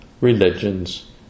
religions